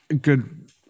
good